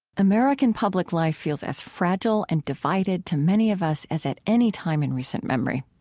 american public life feels as fragile and divided to many of us as at any time in recent memory.